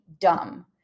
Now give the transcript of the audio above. dumb